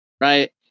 Right